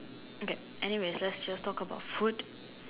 get any messes just talk about food